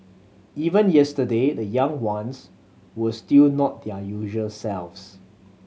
even yesterday the young ones were still not their usual selves